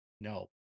No